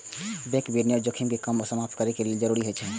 bank विनियमन जोखिम कें कम या समाप्त करै लेल जरूरी होइ छै